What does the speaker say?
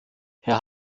herr